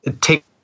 take